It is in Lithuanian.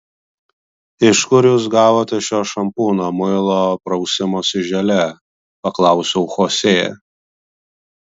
iš kur jūs gavote šio šampūno muilo prausimosi želė paklausiau chosė